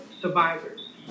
survivors